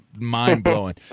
mind-blowing